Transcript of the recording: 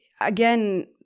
again